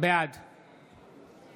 בעד